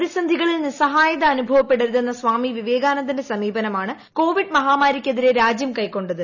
പ്രതിസന്ധികളിൽ നിസ്സഹായത അനുഭവപ്പെടരുത് എന്ന സ്വാമി വിവേകാനന്ദന്റെ സമീപനമാണ് കോവിഡ് മഹാമാരിക്കെതിരെ രാജ്യം കൈക്കൊണ്ടത്